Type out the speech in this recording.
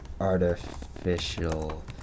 artificial